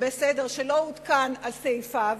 על סעיפיו.